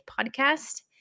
podcast